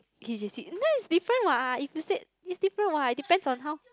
he's J_C it's different lah if you said it's different what it depends on how